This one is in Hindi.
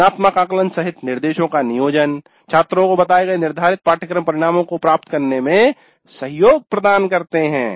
रचनात्मक आकलन सहित निर्देशो का नियोजन छात्रों को बताए गए निर्धारित पाठ्यक्रम परिणामों को प्राप्त करने में सहयोग प्रदान करते हैं